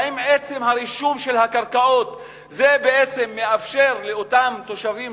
האם עצם הרישום של הקרקעות בעצם מאפשר לאותם תושבים